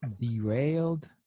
derailed